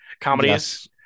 comedies